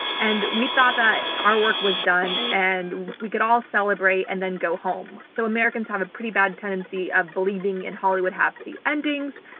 and we thought that our work was done, and we could all celebrate and then go home. so, americans have a pretty bad tendency of believing in hollywood happy endings.